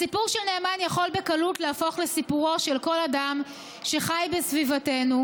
הסיפור של נאמן יכול בקלות להפוך לסיפורו של כל אדם שחי בסביבתנו,